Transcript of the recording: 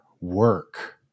work